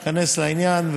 שייכנס לעניין,